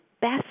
best